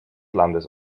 landes